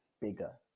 bigger